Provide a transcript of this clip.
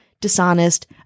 dishonest